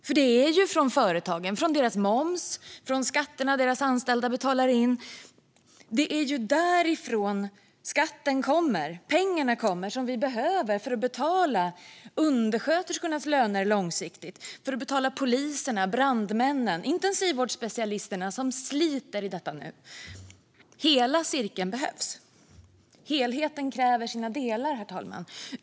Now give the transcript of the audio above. För det är ju från företagen, från deras moms och från skatterna som deras anställda betalar in pengarna kommer som vi behöver för att betala undersköterskornas löner långsiktigt och för att betala poliserna, brandmännen och intensivvårdsspecialisterna som sliter i detta nu. Hela cirkeln behövs. Helheten kräver sina delar, herr talman.